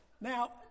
Now